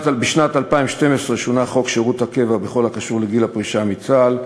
בשנת 2012 שונה חוק שירות הקבע בכל הקשור לגיל הפרישה מצה"ל,